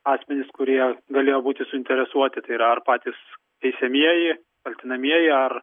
asmenys kurie galėjo būti suinteresuoti tai yra ar patys teisiamieji kaltinamieji ar